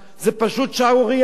זו פשוט שערורייה.